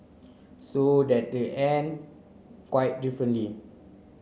so that they ended quite differently